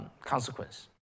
consequence